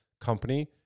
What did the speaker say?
company